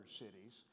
cities